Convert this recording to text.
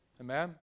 Amen